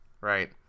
right